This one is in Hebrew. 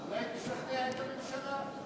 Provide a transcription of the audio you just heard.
אולי תשכנע את הממשלה.